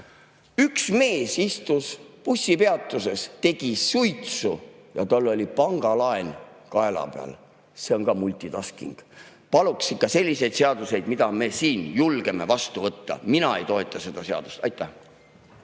Üks mees istus bussipeatuses, tegi suitsu ja tal oli pangalaen kaela peal – see on kamultitasking. Paluks ikka selliseid seadusi, mida me siin julgeme vastu võtta! Mina ei toeta seda seadust. Aitäh!